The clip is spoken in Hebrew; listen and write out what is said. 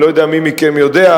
אני לא יודע מי מכם יודע,